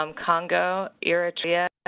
um congo, eritrea,